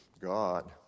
God